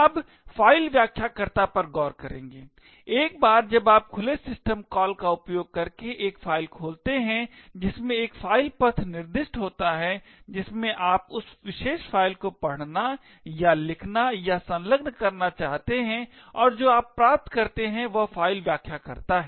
अब फाइल व्याख्याकर्ता पर गौर करेंगे एक बार जब आप खुले सिस्टम कॉल का उपयोग करके एक फाइल खोलते हैं जिसमें एक फाइल पथ निर्दिष्ट होता है जिसमें आप उस विशेष फाइल को पढ़ना या लिखना या संलग्न करना चाहते हैं और जो आप प्राप्त करते हैं वह फाइल व्याख्याकर्ता है